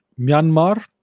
Myanmar